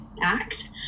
act